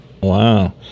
Wow